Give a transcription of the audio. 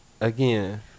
Again